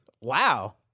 Wow